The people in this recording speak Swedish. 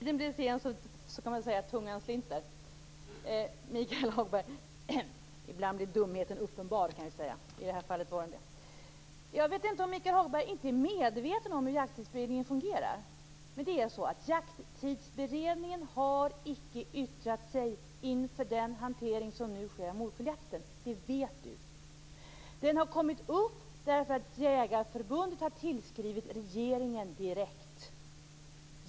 Herr talman! När tiden blir sen slinter tungan. Ibland blir dumheten uppenbar, Michael Hagberg. I det här fallet var den det. Jag vet inte om Michael Hagberg är medveten om hur Jakttidsberedningen fungerar. Så här är det: Jakttidsberedningen har icke yttrat sig inför den hantering av morkulljakten som nu sker. Det vet Michael Hagberg. Frågan har kommit upp därför att Jägareförbundet har tillskrivit regeringen direkt.